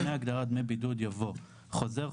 (1)לפני ההגדרה "דמי בידוד" יבוא: ""חוזר",